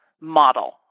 model